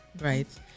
right